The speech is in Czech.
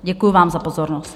Děkuji vám za pozornost.